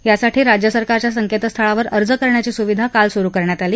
यासाठी राज्य सरकारच्या संकेतस्थळावर अर्ज करण्याची सुविधा काल सुरू करण्यात आली